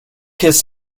his